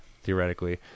theoretically